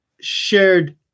shared –